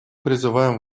призываем